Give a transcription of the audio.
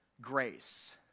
grace